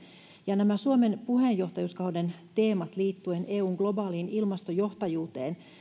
nämä suomen puheenjohtajuuskauden teemat liittyen eun globaaliin ilmastojohtajuuteen